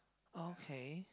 okay